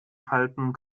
halten